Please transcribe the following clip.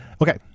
Okay